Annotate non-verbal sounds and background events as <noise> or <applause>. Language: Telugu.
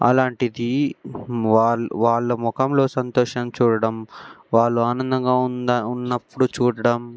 అలాంటిది వా వాళ్ళ ముఖంలో సంతోషం చూడడం వాళ్ళు ఆనందంగా <unintelligible> ఉన్న ఉన్నప్పుడు చూడడం